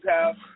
house